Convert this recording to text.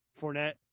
fournette